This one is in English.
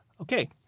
Okay